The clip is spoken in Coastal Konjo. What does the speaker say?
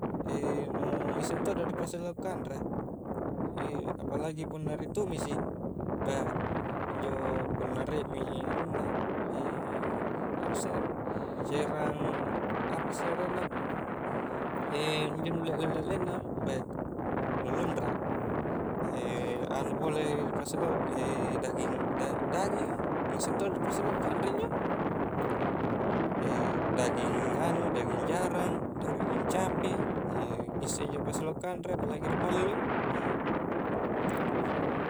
nu ngissek todo ripasilauk kanre apalagi punna ritumisi, beuh injo punna riekmi anunna apasse cairang apasse arenna injo nu lekleng-ekleng na, beuh nu lunra anu pole dipasilau daging daginga ngissek todo ripasilauk kanre injo, daging anu daging jarang, daging capi ngissek injo ripasilauk, apalagi pallui